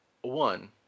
one